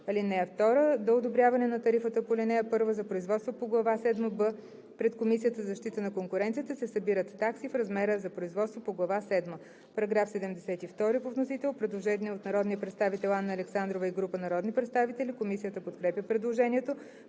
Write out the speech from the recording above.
...). (2) До одобряване на тарифата по ал. 1 за производства по глава седма „б“ пред Комисията за защита на конкуренцията се събират такси в размера за производство по глава седма.“ По § 72 по вносител има предложение от народния представител Анна Александрова и група народни представители. Комисията подкрепя предложението.